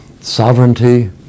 sovereignty